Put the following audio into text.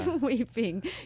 weeping